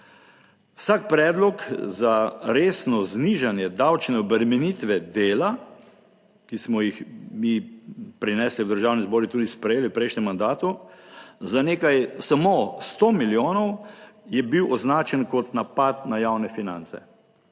Vsak predlog za resno znižanje davčne obremenitve dela, ki smo jih mi prinesli v Državni zbor in tudi sprejeli v prejšnjem mandatu, za nekaj samo 100 milijonov je bil označen kot napad na javne finance.